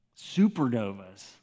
supernovas